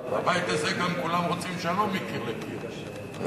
כולם גם רוצים שלום, אדוני,